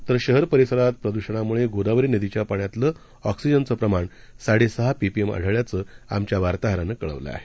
तर शहर परिसरात प्रदूषणामुळे गोदावरी नदीच्या पाण्यातलं ऑक्सिजनचं प्रमाण साडे सहा पीपीएम आढळल्याचं आमच्या वार्ताहरानं कळवलं आहे